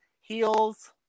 heels